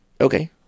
Okay